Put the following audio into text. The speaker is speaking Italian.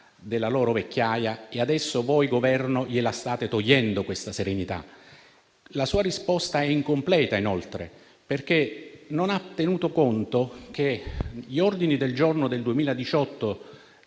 nella loro vecchiaia e adesso voi, Governo, state togliendo loro questa serenità. La sua risposta, Ministro, è incompleta, perché non ha tenuto conto che gli ordini del giorno del 2018,